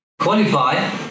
qualify